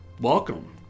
welcome